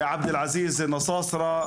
עבד אלעזיז נסאסרה,